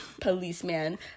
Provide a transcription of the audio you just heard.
Policeman